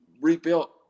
rebuilt